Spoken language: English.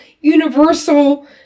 universal